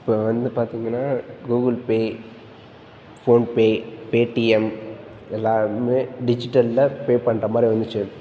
இப்போ வந்து பார்த்தீங்கன்னா கூகுள் பே ஃபோன்பே பேடிஎம் இதெல்லாம் வந்து டிஜிட்டலில் பே பண்ணுற மாதிரி வந்துச்சு